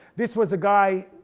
this was a guy,